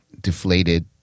deflated